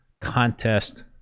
contest